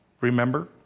Remember